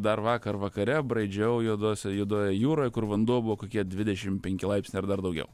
dar vakar vakare braidžiau juodose juodojoje jūroje kur vanduo buvo kokie dvidešim penki laipsniai ar dar daugiau